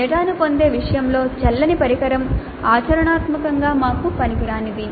డేటాను పొందే విషయంలో చెల్లని పరికరం ఆచరణాత్మకంగా మాకు పనికిరానిది